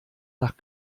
nach